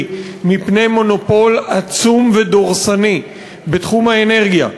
מפני מונופול עצום ודורסני בתחום האנרגיה,